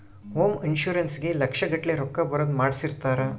home insurance ಗೇ ಲಕ್ಷ ಗಟ್ಲೇ ರೊಕ್ಕ ಬರೋದ ಮಾಡ್ಸಿರ್ತಾರ